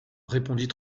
répondit